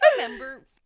remember